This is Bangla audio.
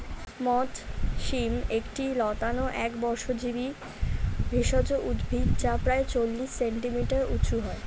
মথ শিম একটি লতানো একবর্ষজীবি ভেষজ উদ্ভিদ যা প্রায় চল্লিশ সেন্টিমিটার উঁচু হয়